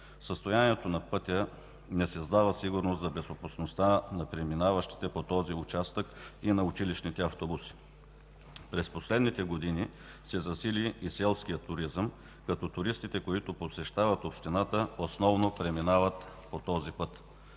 Състоянието на пътя не създава сигурност за безопасността на преминаващите по този участък и на училищни автобуси. През последните години се засили и селският туризъм като туристите, които посещават общината, основно преминават по този път.